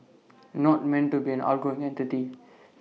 not meant to be an ongoing entity